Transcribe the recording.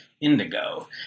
indigo